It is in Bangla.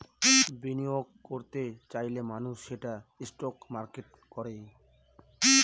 বিনিয়োগ করত চাইলে মানুষ সেটা স্টক মার্কেটে করে